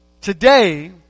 today